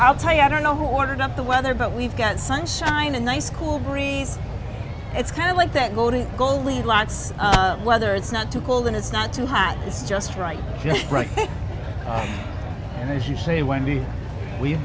i'll tell you i don't know who wandered up the weather but we've got sunshine a nice cool breeze it's kind of like that go to goalie lots whether it's not too cold and it's not too hot it's just right just right and as you say wendy we've